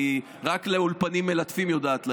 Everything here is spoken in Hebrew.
רק לאולפנים מלטפים היא יודעת ללכת,